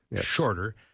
shorter